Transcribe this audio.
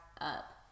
up